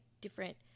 different